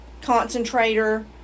concentrator